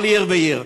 כל עיר ועיר.